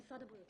במשרד הבריאות.